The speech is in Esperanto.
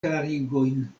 klarigojn